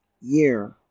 year